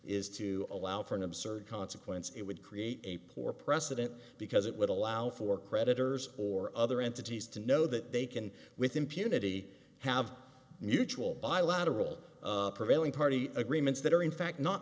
is to allow for an absurd consequence it would create a poor precedent because it would allow for creditors or other entities to know that they can with impunity have mutual bilateral prevailing party agreements that are in fact not